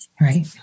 Right